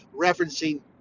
referencing